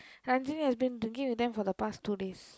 Ranjini has been drinking with them for the past two days